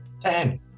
ten